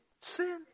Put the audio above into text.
sin